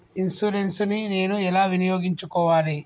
Insurance ని నేను ఎలా వినియోగించుకోవాలి?